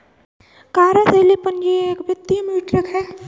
कार्यशील पूंजी एक वित्तीय मीट्रिक है